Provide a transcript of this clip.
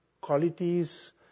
qualities